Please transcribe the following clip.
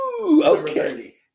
Okay